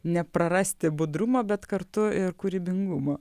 neprarasti budrumo bet kartu ir kūrybingumo